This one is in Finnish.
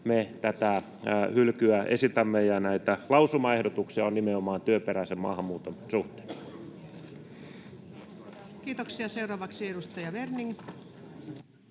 tätä hylkyä ja näitä lausumaehdotuksia, ovat nimenomaan työperäisen maahanmuuton suhteen. Kiitoksia. — Seuraavaksi edustaja Werning.